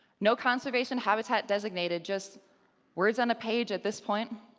no conservation habitat designated, just words on a page at this point.